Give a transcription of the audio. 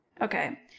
Okay